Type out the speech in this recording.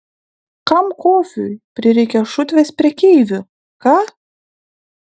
kam kofiui prireikė šutvės prekeivių ką